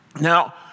Now